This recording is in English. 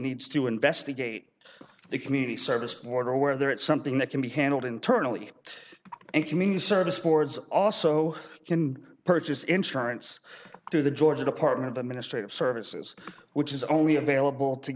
needs to investigate the community service order where there is something that can be handled internally and community service boards also can purchase insurance through the georgia department of the ministry of services which is only available to